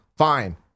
fine